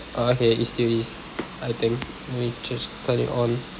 uh okay it still is I think let me just turn it on